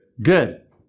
Good